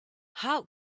how